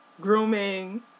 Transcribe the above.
grooming